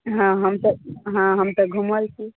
हँ हम तऽ हँ हम तऽ घुमल छी